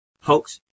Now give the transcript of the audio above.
hoax